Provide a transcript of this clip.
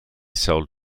sold